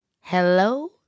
Hello